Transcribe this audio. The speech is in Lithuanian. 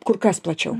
kur kas plačiau